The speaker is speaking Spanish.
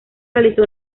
realizó